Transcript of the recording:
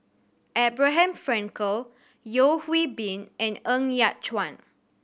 Abraham Frankel Yeo Hwee Bin and Ng Yat Chuan